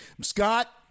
scott